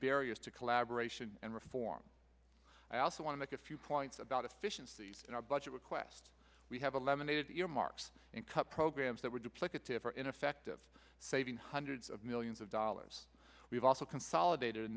barriers to collaboration and reform i also want to make a few points about efficiencies in our budget request we have a lemonade earmarks and cut programs that were duplicative or ineffective saving hundreds of millions of dollars we've also consolidated